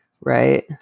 Right